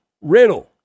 riddle